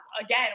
again